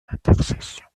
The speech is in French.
intercession